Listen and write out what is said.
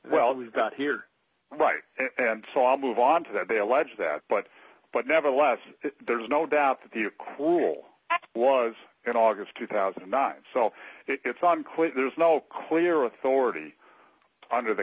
well we've got here right and so i'll move on to that they allege that but but nevertheless there's no doubt that the a quarrel was in august two thousand and nine so it's unclear there's no clear authority under the